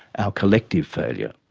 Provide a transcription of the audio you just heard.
our collective failure.